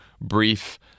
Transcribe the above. brief